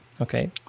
Okay